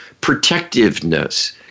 protectiveness